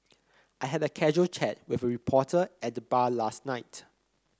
I had a casual chat with a reporter at the bar last night